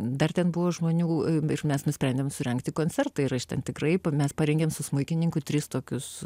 dar ten buvo žmonių bet mes nusprendėm surengti koncertą ir šitam tikrai mes parengėm su smuikininku tris tokius